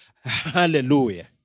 Hallelujah